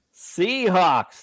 Seahawks